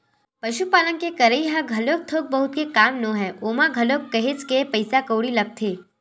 पसुपालन के करई ह घलोक थोक बहुत के काम नोहय ओमा घलोक काहेच के पइसा कउड़ी लगथे